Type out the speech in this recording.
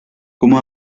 como